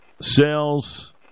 sales